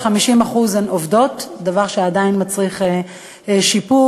אפילו ש-50% הן עובדות, דבר שעדיין מצריך שיפור.